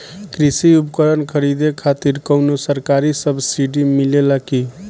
कृषी उपकरण खरीदे खातिर कउनो सरकारी सब्सीडी मिलेला की?